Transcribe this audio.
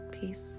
peace